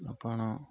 ଆପଣ